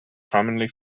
commonly